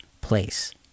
place